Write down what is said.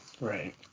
Right